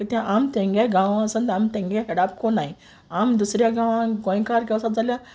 कित्या आमी तेंगे गांवां ओसोन आमी तेंगे हाडाप कोनाय आमी दुसऱ्या गांवां गोंयकार ओसोत जाल्यार